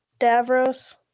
davros